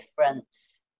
difference